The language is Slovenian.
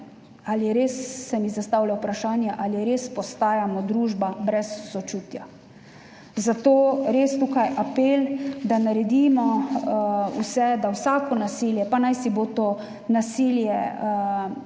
Zastavlja se mi vprašanje, ali res postajamo družba brez sočutja. Zato res tukaj apel, da naredimo vse, da vsako nasilje, pa naj bo to nasilje